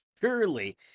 surely